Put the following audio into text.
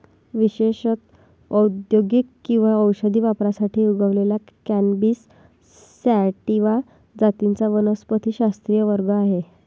विशेषत औद्योगिक किंवा औषधी वापरासाठी उगवलेल्या कॅनॅबिस सॅटिवा जातींचा वनस्पतिशास्त्रीय वर्ग आहे